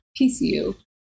PCU